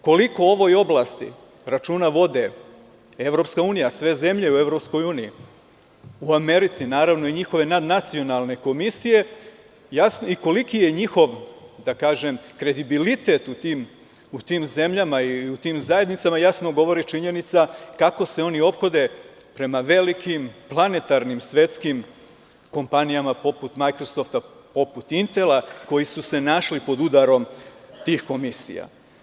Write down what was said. Koliko u ovoj oblasti računa vode, EU, sve zemlje u EU, u Americi, naravno i njihove nadnacionalne komisije, i koliki je njihov, da kažem kredibilitet u tim zemljama, tim zajednicama jasno govori činjenica kako se oni ophode prema velikim planetarnim svetskim kompanijama poput Majkrosofta, poput Intela, koji su se našli pod udarom tih komisija.